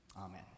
Amen